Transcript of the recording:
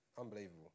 Unbelievable